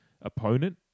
opponent